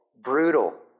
brutal